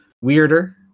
weirder